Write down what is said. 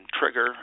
Trigger